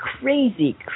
crazy